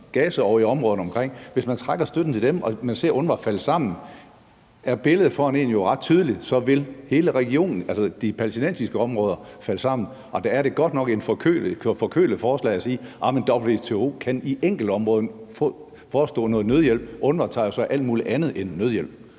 Gaza og i områderne omkring. Hvis man trækker støtten til dem og man ser UNRWA falde sammen, er billedet foran en jo ret tydeligt, for så vil hele regionen, altså de palæstinensiske områder, falde sammen. Der er det godt nok et forkølet forslag at sige, at WHO i enkelte områder kan forestå noget nødhjælp. UNRWA tager sig jo af alt muligt andet end nødhjælp.